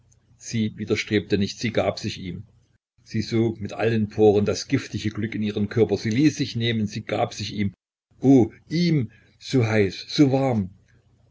sie widerstrebte nicht sie gab sich ihm sie sog mit allen poren das giftige glück in ihren körper sie ließ sich nehmen sie gab sich ihm o ihm so heiß so warm